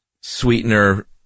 sweetener